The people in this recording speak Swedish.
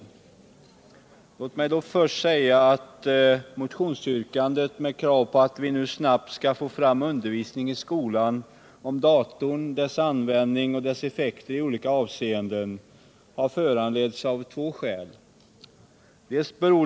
datateknik Låt mig först säga att motionsyrkandet med krav på att vi nu snabbt skall få till stånd en utbildning inom skolväsendet om datorer och deras effekter i olika avseenden har föranletts av två förhållanden.